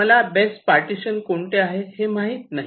मला best partition कोणते आहे हे माहीत नाही